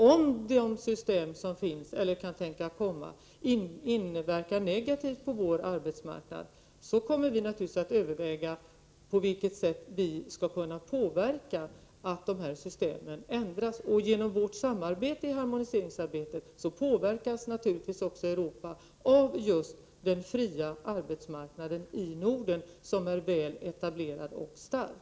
Om de system som kan tänkas komma i fråga inverkar negativt på vår arbetsmarknad, kommer vi naturligtvis att överväga på vilket sätt vi skall kunna påverka att dessa system ändras. Genom vårt samarbete i harmoniseringsarbetet påverkas naturligtvis Europa av just den fria arbetsmarknad i Norden som är väl etablerad och stark.